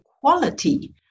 quality